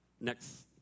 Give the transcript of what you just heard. Next